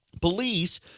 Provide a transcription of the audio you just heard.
Police